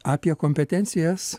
apie kompetencijas